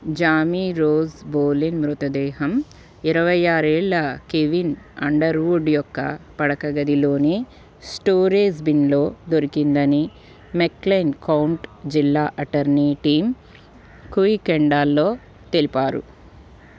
Jamie Rose Bolin మృతదేహం ఇరవై ఆరు ఏళ్ళ కెవిన్ అండర్వుడ్ యొక్క పడక గదిలోని స్టోరేజ్ బిన్లో దొరికిందని మెక్క్లైన్ కౌంట్ జిల్లా అటర్నీ టీమ్ కుయికెండాల్లో తెలిపారు